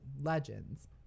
legends